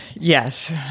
Yes